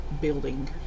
building